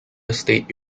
state